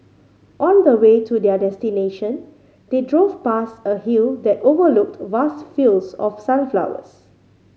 on the way to their destination they drove past a hill that overlooked vast fields of sunflowers